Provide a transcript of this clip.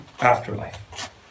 afterlife